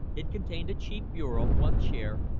it contained a cheap bureau, one chair,